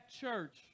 church